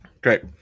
Great